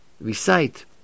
recite